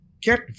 get